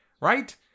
right